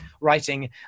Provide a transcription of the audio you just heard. writing